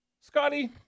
Scotty